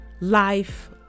Life